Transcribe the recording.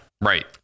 right